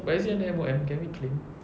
but is it under M_O_M can we claim